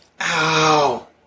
Ow